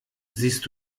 siehst